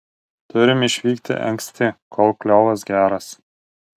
turim išvykti anksti kol kliovas geras